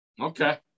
Okay